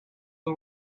the